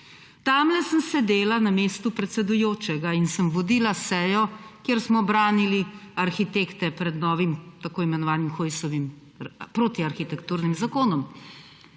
Tamle sem sedela na mestu predsedujočega in sem vodila sejo, kjer smo branili arhitekte pred novim tako imenovanim Hojsovim protiarhitekturnem zakonom.